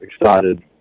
excited